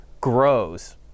grows